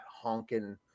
honking